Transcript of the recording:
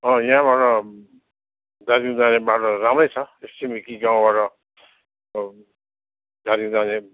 यहाँबाट दार्जिलिङ जाने बाटो राम्रै छ त्यस छिमेकी गाउँबाट दार्जिलिङ जाने